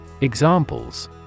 Examples